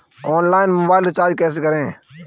Online mobile recharge कैसे करें?